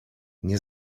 nie